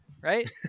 right